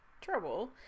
trouble